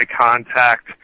contact